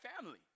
family